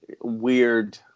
weird